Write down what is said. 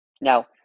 Now